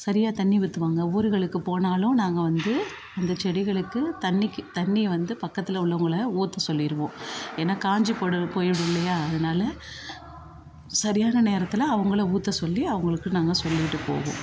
சரியாக தண்ணி ஊற்றுவாங்க ஊருகளுக்கு போனாலும் நாங்கள் வந்து அந்தச் செடிகளுக்கு தண்ணிக்கு தண்ணியை வந்து பக்கத்தில் உள்ளவங்கள ஊற்ற சொல்லிடுவோம் ஏன்னா காய்ஞ்சி போயிடும் போயிடும் இல்லையா அதனால சரியான நேரத்தில் அவங்கள ஊற்ற சொல்லி அவங்களுக்கு நாங்கள் சொல்லிட்டு போவோம்